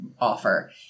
offer